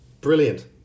Brilliant